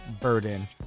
Burden